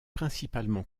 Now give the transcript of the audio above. principalement